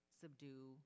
subdue